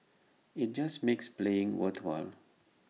IT just makes playing worthwhile